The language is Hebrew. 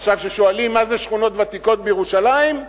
עכשיו, כששואלים מה זה שכונות ותיקות בירושלים?